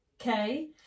okay